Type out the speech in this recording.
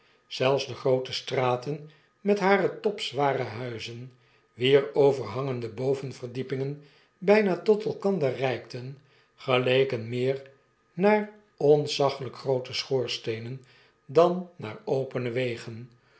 zelfs de groote straten met hare topzware huizen wier overhangende bovenverdiepingen byna tot elkander reikten geleken meer naar ontzaggelp groote schoorsteenen dan naar opene wegen